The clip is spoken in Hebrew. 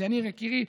אז יניר יקירי,